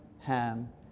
Ham